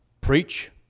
preach